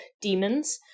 demons